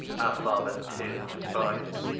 our father's tears despis'd,